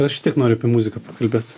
aš vis tiek noriu apie muziką pakalbėt